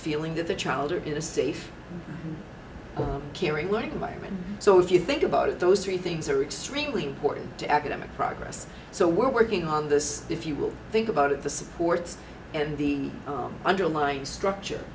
feeling that the child are in a safe caring learning environment so if you think about it those three things are extremely important to academic progress so we're working on this if you will think about it the supports and the underlying structure